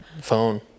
phone